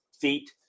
feet